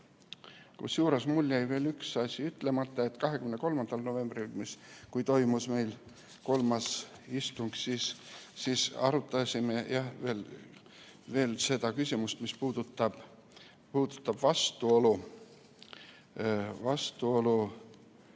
Kusjuures mul jäi veel üks asi ütlemata. Nimelt, 23. novembril, kui toimus meie kolmas istung, arutasime veel seda küsimust, mis puudutab tekkinud vastuolu.